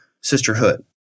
sisterhood